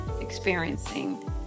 experiencing